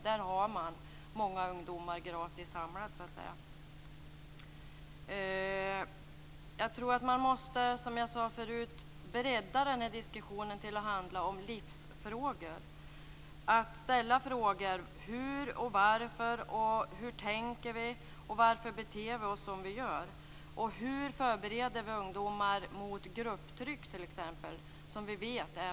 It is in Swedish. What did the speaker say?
Där finns det många ungdomar samlade Diskussionen måste breddas att handla om livsfrågor. Frågor som hur, varför, hur vi tänker och varför vi beter oss som vi gör, måste ställas. Hur förbereder vi ungdomar mot det starka grupptrycket?